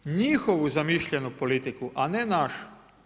Njihovu zamišljenu politiku, a ne našu.